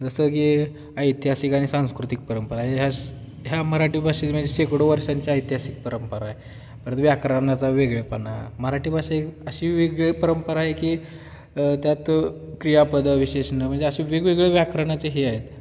जसं की ऐतिहासिक आणि सांस्कृतिक परंपरा ह्यास् या मराठी भाषे म्हणजे शेकडो वर्षांच्या ऐतिहासिक परंपरा आहे परत व्याकरणाचा वेगळेपणा मराठी भाषा अशी वेगळी परंपरा आहे की त्यात क्रियापद विशेषण म्हणजे अशे वेगवेगळे व्याकरणाचे हे आहेत